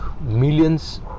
millions